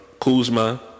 Kuzma